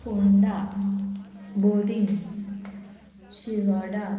Ponda Borim Shiroda